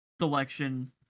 selection